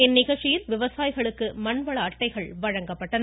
இந்நிகழ்ச்சியில் விவசாயிகளுக்கு மண்வள அட்டைகள் வழங்கப்பட்டன